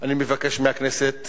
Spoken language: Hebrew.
אני מבקש מהכנסת,